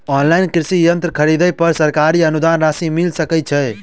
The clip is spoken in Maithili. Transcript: ऑनलाइन कृषि यंत्र खरीदे पर सरकारी अनुदान राशि मिल सकै छैय?